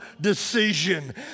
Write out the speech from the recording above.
decision